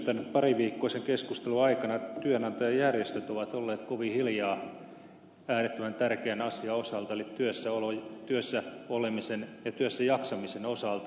tämän pariviikkoisen keskustelun aikana työnantajajärjestöt ovat olleet kovin hiljaa äärettömän tärkeän asian osalta eli työssä olemisen ja työssä jaksamisen osalta